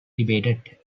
debated